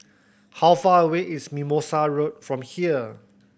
how far away is Mimosa Road from here